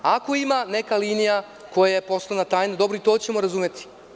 Ako ima neka linija koja je poslovna tajna i to ćemo razumeti.